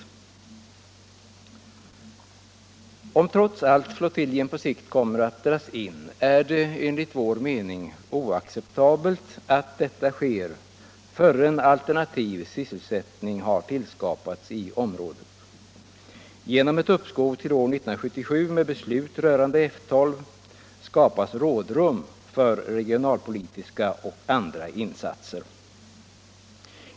Om trots allt flottiljen på sikt kommer att dras in, är det enligt vår mening oacceptabelt att detta sker förrän alternativ sysselsättning tillskapats i området. Genom ett uppskov till år 1977 med beslut rörande F 12 skapas rådrum för regionalpolitiska och andra insatser.